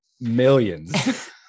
Millions